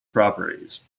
properties